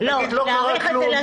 להגיד: לא קרה כלום,